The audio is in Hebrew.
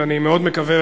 אני מאוד מקווה,